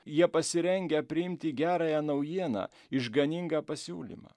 jie pasirengę priimti gerąją naujieną išganingą pasiūlymą